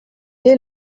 est